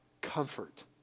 comfort